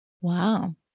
Wow